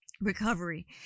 recovery